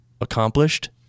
accomplished